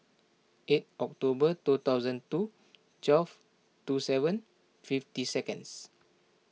eight October two thousand two twelve two seven fifty seconds